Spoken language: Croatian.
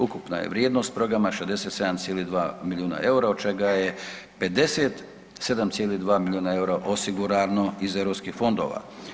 Ukupna je vrijednost programa 67,2 milijuna EUR-a, od čega je 57,2 milijuna EUR-a osigurano iz europskih fondova.